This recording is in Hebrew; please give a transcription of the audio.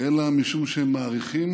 אלא משום שהם מעריכים